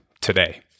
today